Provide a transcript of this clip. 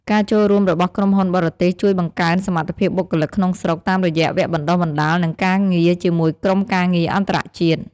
ការចូលរួមរបស់ក្រុមហ៊ុនបរទេសជួយបង្កើនសមត្ថភាពបុគ្គលិកក្នុងស្រុក តាមរយៈវគ្គបណ្តុះបណ្តាល និងការងារជាមួយក្រុមការងារអន្តរជាតិ។